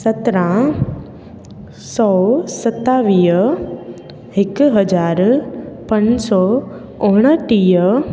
सतरहां सौ सतावीह हिकु हज़ार पंज सौ उणटीह